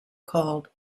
called